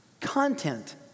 content